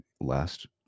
last